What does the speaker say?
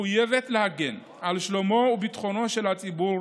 מחויבת להגן על שלומו וביטחונו של הציבור.